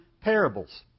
parables